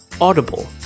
Audible